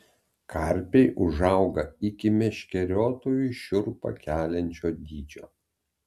karpiai užauga iki meškeriotojui šiurpą keliančio dydžio